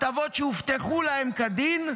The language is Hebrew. הטבות שהובטחו להם כדין,